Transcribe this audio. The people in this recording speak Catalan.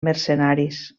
mercenaris